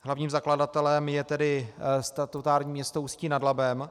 Hlavním zakladatelem je tedy statutární město Ústí nad Labem.